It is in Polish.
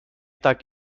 tak